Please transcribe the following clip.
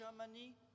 Germany